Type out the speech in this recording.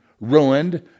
ruined